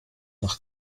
nach